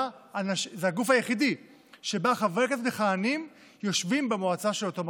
זה הגוף היחידי שבו חברי כנסת מכהנים יושבים במועצה של אותו מקום.